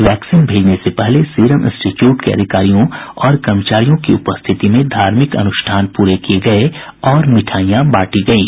vaccine भेजने से पहले सीरम इंस्टीट्यूट के अधिकारियों और कर्मचारियों की उपस्थिति में धार्मिक अनुष्ठान पूरे किए गए और मिठाइयां बांटी गईं